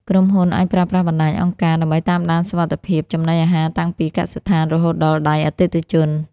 ក្រុមហ៊ុនអាចប្រើប្រាស់បណ្ដាញអង្គការ ដើម្បីតាមដានសុវត្ថិភាពចំណីអាហារតាំងពីកសិដ្ឋានរហូតដល់ដៃអតិថិជន។